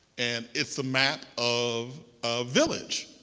and it's a map of a village